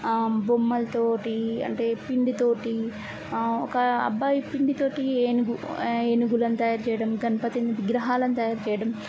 బొమ్మలతో అంటే పిండితో ఒక అబ్బాయి పిండితో ఏనుగు ఏనుగులను తయారుచేయడం గణపతి విగ్రహాలను తయారుచేయడం